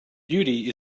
beauty